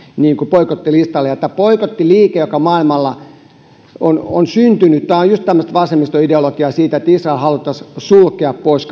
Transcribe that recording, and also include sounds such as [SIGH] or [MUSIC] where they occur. boikottilistalle tämä boikottiliike joka maailmalla on on syntynyt on juuri tämmöistä vasemmistoideologiaa siitä että israel haluttaisiin sulkea pois [UNINTELLIGIBLE]